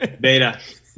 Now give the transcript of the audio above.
beta